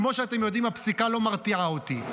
כמו שאתם יודעים, הפסיקה לא מרתיעה אותי.